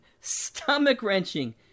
stomach-wrenching